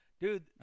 dude